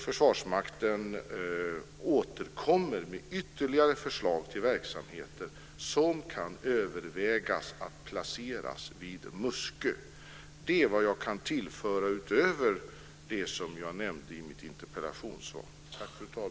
Försvarsmakten återkommer med ytterligare förslag till verksamheter som kan övervägas att placeras vid Muskö. Det är vad jag kan tillföra utöver det som jag nämnde i mitt interpellationssvar.